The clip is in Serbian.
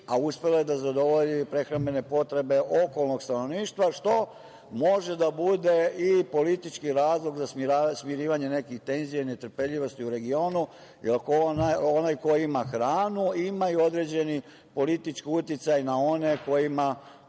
a uspela je da zadovolji i prehrambene potrebe okolnog stanovništva, što može da bude i politički razlog za smirivanje nekih tenzija i netrpeljivosti u regionu. Onaj ko ima hranu ima i određeni politički uticaj na one kojima